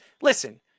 listen